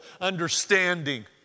understanding